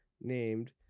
named